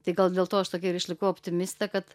tai gal dėl to aš tokia ir išlikau optimistė kad